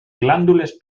glàndules